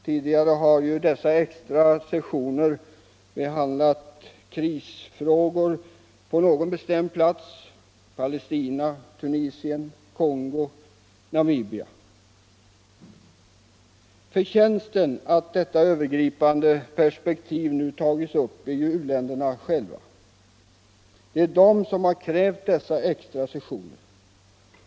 Tidigare har dessa extrasessioner behandlat krisfrågor rörande någon bestämd plats eller något besämt land: Palestina, Tunisien, Kongo och Namibia. Förtjänsten av att detta övergripande perspektiv nu har tagits upp ligger hos u-länderna själva. Det är de som krävt dessa extra sessioner.